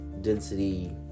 density